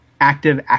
active